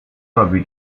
robili